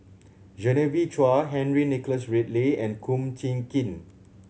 Genevieve Chua Henry Nicholas Ridley and Kum Chee Kin